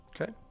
Okay